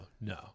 No